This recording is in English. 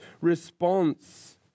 response